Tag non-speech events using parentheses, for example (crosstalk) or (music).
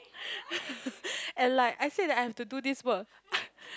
(laughs) and like I said I have to do this work (breath)